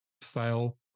sale